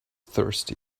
thirsty